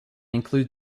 include